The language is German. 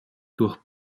durch